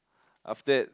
after that